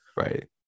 right